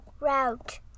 route